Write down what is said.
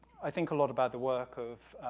i think a lot about the work of,